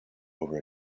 over